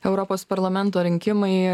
europos parlamento rinkimai